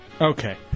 Okay